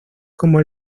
como